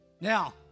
Now